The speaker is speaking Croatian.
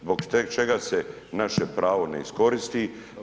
Zbog čega se naše pravo ne iskoristi?